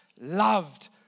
loved